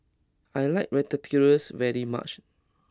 I like Ratatouille very much